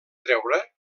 treure